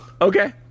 Okay